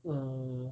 mm